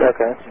Okay